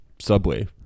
subway